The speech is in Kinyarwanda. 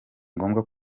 ngombwa